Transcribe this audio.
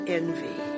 envy